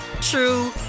true